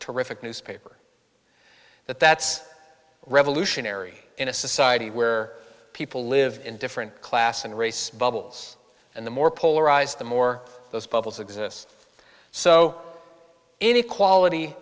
terrific newspaper that that's revolutionary in a society where people live in different class and race bubbles and the more polarized the more those bubbles exist so any quality